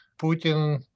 Putin